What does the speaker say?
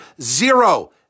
Zero